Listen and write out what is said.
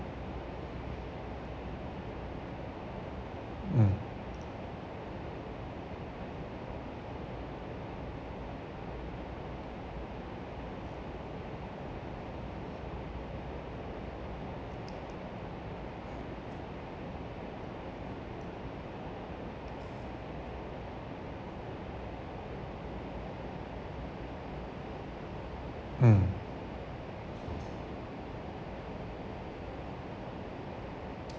mm mm